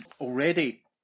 already